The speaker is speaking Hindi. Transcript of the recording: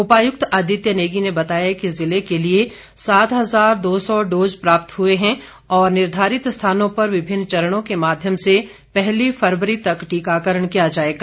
उपायुक्त आदित्य नेगी ने बताया कि जिले के लिए सात हजार दो सौ डोज प्राप्त हुए हैं और निर्धारित स्थानों पर विभिन्न चरणों के माध्यम से पहली फरवरी तक टीकाकरण किया जाएगा